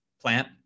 plant